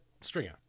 Stringer